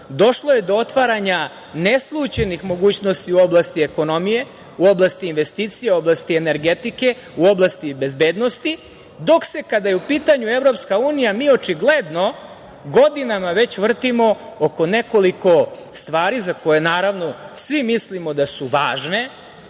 došlo je do otvaranja neslućenih mogućnosti u oblasti ekonomije, u oblasti investicija, u oblasti energetike, u oblasti bezbednosti, dok se kada je u pitanju EU mi očigledno godinama već vrtimo oko nekoliko stvari za koje svi mislimo da su važne